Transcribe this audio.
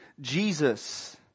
Jesus